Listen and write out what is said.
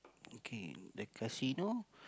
okay the casino